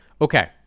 Okay